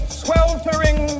sweltering